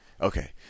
Okay